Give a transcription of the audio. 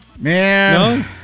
man